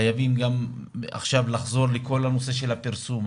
חייבים לחזור לכל הנושא של הפרסום.